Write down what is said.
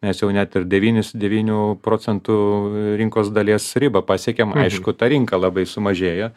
mes jau net ir devynis devynių procentų rinkos dalies ribą pasiekėm aišku ta rinka labai sumažėja